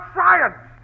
science